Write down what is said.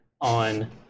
on